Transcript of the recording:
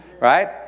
Right